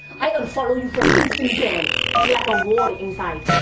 i'll unfollow you from instant gram! it's like a war inside.